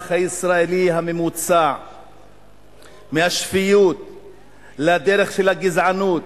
הישראלי הממוצע מהשפיות לדרך של הגזענות,